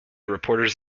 reporters